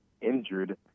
injured